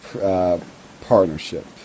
partnership